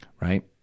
Right